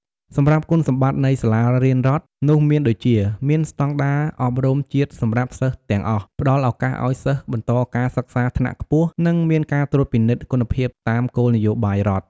សម្រាប់គុណសម្បត្តិនៃសាលារៀនរដ្ឋនោះមានដូចជា មានស្តង់ដារអប់រំជាតិសម្រាប់សិស្សទាំងអស់ ផ្ដល់ឱកាសឲ្យសិស្សបន្តការសិក្សាថ្នាក់ខ្ពស់ និងមានការត្រួតពិនិត្យគុណភាពតាមគោលនយោបាយរដ្ឋ។